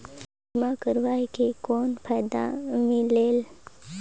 बीमा करवाय के कौन फाइदा मिलेल?